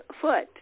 foot